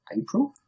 April